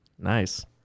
nice